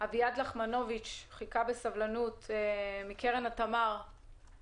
אביעד לחמנוביץ' מקרן התמר חיכה בסבלנות.